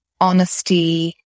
honesty